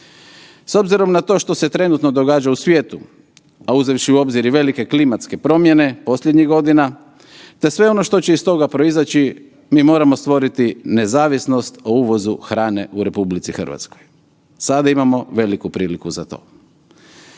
S obzirom na to što se trenutno događa u svijetu, a uzevši u obzir i velike klimatske promjene posljednjih godina te sve ono što će iz toga proizaći mi moramo stvoriti nezavisnost o uvozu hrane u RH. Sada imamo veliku priliku za to.